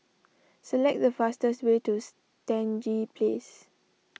select the fastest way to Stangee Place